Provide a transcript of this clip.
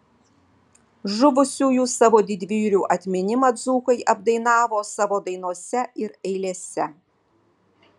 žuvusiųjų savo didvyrių atminimą dzūkai apdainavo savo dainose ir eilėse